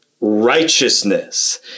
righteousness